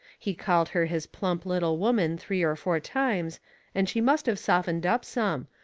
he called her his plump little woman three or four times and she must of softened up some,